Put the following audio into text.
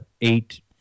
Eight